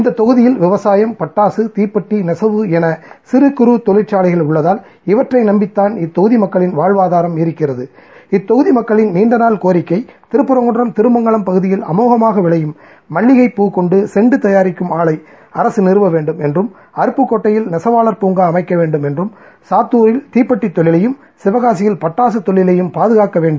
இந்த கூட்டத்தில் விவசாயம் பட்டாசு தீப்பெட்டி அச்சு நெசவு என சிறு சூறு தொழிற்ளலைகள் உள்ளதால் இவற்றை நம்பிதான் இத்தொகுதி மக்களின் வாழ்வாதாரம் இருக்கிறது இத்தொகுதி மக்களின் நீண்டநாள் கோரிக்கை திருப்பரங்குன்றம் மற்றும் திருமங்கலம் பகுதிகளில் அமோகமாக விளையும் மல்லிகை பூவை கொண்டு செண்ட் தயாரிக்கும் ஆலையை அரசு நிறுவவேண்டும் அருப்புக்கோட்டையில் நெசவாளர்கள் பூங்கா அமைக்கவேண்டும் சாத்தூரில் தீப்பெட்டி தொழிலையும் சிவகாசியில் பட்டாசு தொழிலையும் பாதுகாக்கவேண்டும்